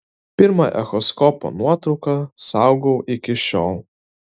pirmą echoskopo nuotrauką saugau iki šiol